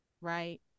right